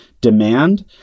demand